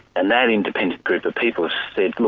and that independent group of people said, look,